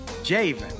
Javen